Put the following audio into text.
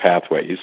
pathways